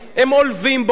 הם עולבים בו,